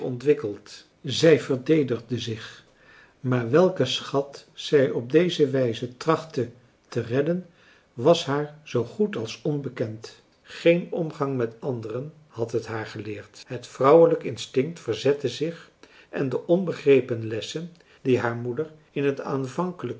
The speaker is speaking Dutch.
ontwikkeld zij verdedigde zich maar welken schat zij op die wijze trachtte te redden was haar zoo goed als onbekend geen omgang met anderen had het haar geleerd het vrouwelijk instinct verzette zich en de onbegrepen lessen die haar moeder in het aanvankelijk